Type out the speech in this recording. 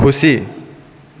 खुसी